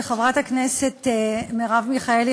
שחברת הכנסת מרב מיכאלי,